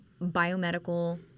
biomedical